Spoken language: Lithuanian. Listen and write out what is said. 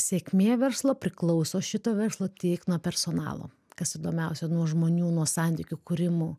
sėkmė verslo priklauso šito verslo tik nuo personalo kas įdomiausia nuo žmonių nuo santykių kūrimo